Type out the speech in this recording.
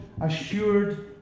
assured